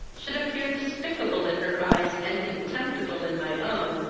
should appear despicable in her eyes, and contemptible in my own,